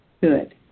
Good